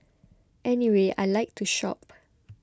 anyway I like to shop